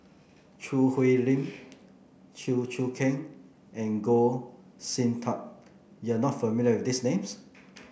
Choo Hwee Lim Chew Choo Keng and Goh Sin Tub you are not familiar with these names